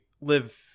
live